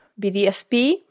BDSP